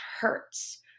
hurts